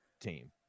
team